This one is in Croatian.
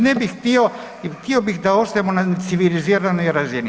Ne bih htio, htio bih da ostanemo na civiliziranoj razini.